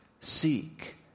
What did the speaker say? seek